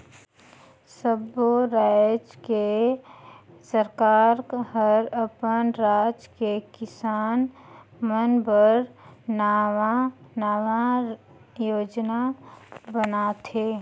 सब्बो रायज के सरकार हर अपन राज के किसान मन बर नांवा नांवा योजना बनाथे